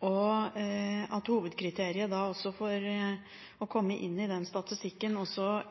samfunnet. Hovedkriteriet for å komme inn i den statistikken er